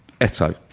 Eto